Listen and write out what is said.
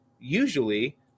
usually